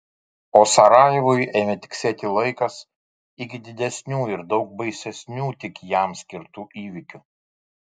o sarajevui ėmė tiksėti laikas iki didesnių ir daug baisesnių tik jam skirtų įvykių